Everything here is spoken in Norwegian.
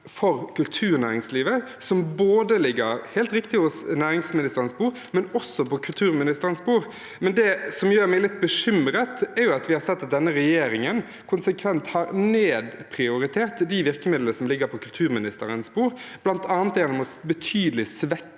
for kulturnæringslivet som ligger – helt riktig – på næringsministerens bord, men også på kulturministerens bord. Det som gjør meg litt bekymret, er at vi har sett at denne regjeringen konsekvent har nedprioritert de virkemidlene som ligger på kulturministerens bord, bl.a. gjennom å svekke